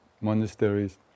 monasteries